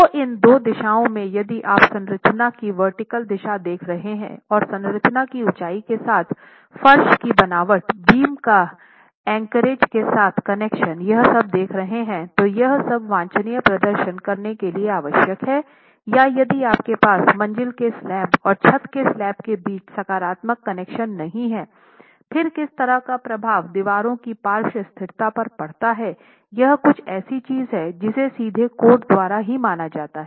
तो इन दो दिशाओं में यदि आप संरचना की वर्टिकल दिशा देख रहे हैं और संरचना की ऊंचाई के साथ फर्श की बनावट बीम का एंकरेज के साथ कनेक्शन यह सब देख रहे हैं तो यह सब वांछनीय प्रदर्शन करने के लिए आवश्यक है या यदि आपके पास मंजिल के स्लैब और छत के स्लैब के बीच सकारात्मक कनेक्शन नहीं है फिर किस तरह का प्रभाव दीवारों की पार्श्व स्थिरता पर पड़ता है यह कुछ ऐसी चीज है जिसे सीधे कोड द्वारा ही माना जाता है